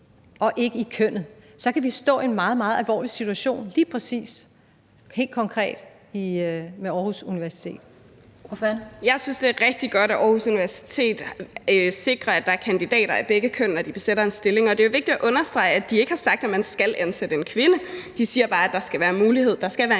fg. formand (Annette Lind): Ordføreren. Kl. 17:10 Astrid Carøe (SF): Jeg synes, det er rigtig godt, at Aarhus Universitet sikrer, at der er kandidater af begge køn, når de besætter en stilling. Og det er jo vigtigt at understrege, at de ikke har sagt, at man skal ansætte en kvinde; de siger bare, at der skal være muligheden, der skal være